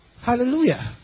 Hallelujah